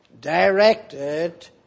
directed